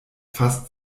fast